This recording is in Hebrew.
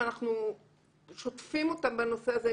אנחנו שוטפים אותם בנושא הזה.